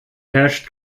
herrscht